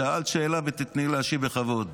שאלת שאלה, תני להשיב בכבוד.